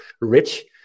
rich